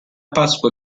pasqua